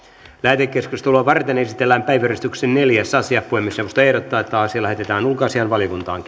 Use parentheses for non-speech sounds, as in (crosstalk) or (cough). lähetekeskustelua varten esitellään päiväjärjestyksen neljäs asia puhemiesneuvosto ehdottaa että asia lähetetään ulkoasiainvaliokuntaan (unintelligible)